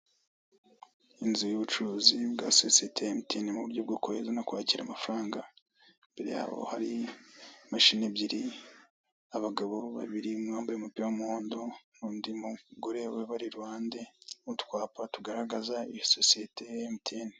Inzu y'ubucuruzi bwa sosiyete ya Emutine mu buryo bwo kohereza no kwakira amafaranga, imbere yaho hari imashini ebyiri, abagabo babiri umwe yambaye umupira w'umuhondo n'undi mugore ubicaye iruhande n'utwapa tugaragaza iyi sosiyete ya Emutine.